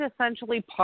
essentially